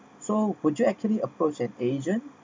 so would you actually approached an agent